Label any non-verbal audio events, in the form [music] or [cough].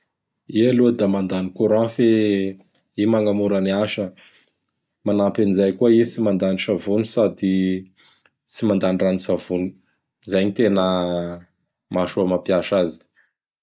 [noise] I aloha da mandany courant fe i magnamora gny asa. Manampy an'izay koa i tsy mandany savony sady [noise] tsy mandany rano-tsavony. Izay gny tena mahasoa gny mampiasa azy. [noise]